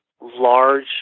large